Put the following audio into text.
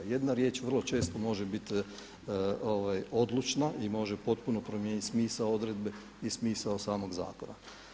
Jedna riječ vrlo često može biti odlučna i može potpuno promijeniti smisao odredbe i smisao samog zakona.